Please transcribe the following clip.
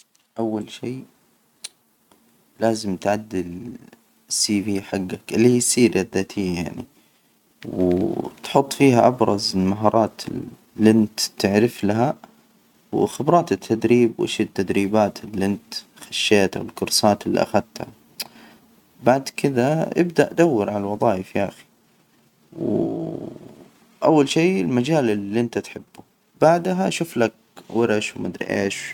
أول شي لازم تعدل السي فى حجك اللي هي السيرة الذاتية يعني، و وتحط فيها أبرز المهارات اللي أنت تعرف لها، وخبرات التدريب، وإيش التدريبات اللي أنت خشيتها، الكورسات اللي أخدتها. بعد كده أبدأ دور على الوظايف يا أخي. و أول شي المجال اللي أنت تحبه بعدها، شوف لك ورش ومدري إيش